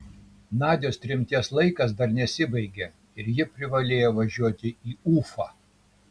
nadios tremties laikas dar nesibaigė ir ji privalėjo važiuoti į ufą